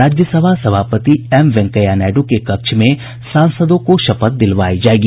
राज्यसभा सभापति एम वैंकेया नायडू के कक्ष में सांसदों को शपथ दिलवाई जायेगी